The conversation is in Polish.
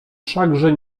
wszakże